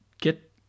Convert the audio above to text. get